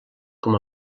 com